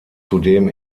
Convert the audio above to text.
zudem